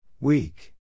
Weak